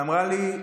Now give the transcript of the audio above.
שאמרה לי: